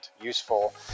useful